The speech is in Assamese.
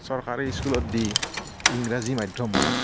চৰকাৰী স্কুলত দি ইংৰাজী মাধ্যমৰ